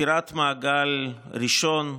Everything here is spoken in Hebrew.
סגירת מעגל ראשון,